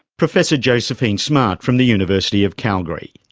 professor josephine smart from the university of calgary.